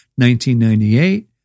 1998